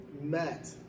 met